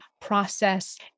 process